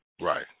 Right